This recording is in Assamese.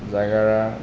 জাগাৰা